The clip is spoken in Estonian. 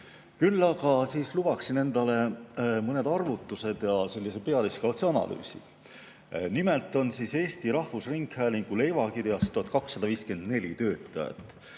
Küll aga lubaksin endale mõne arvutuse ja sellise pealiskaudse analüüsi. Nimelt on Eesti Rahvusringhäälingu leivakirjas 1254 töötajat